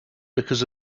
because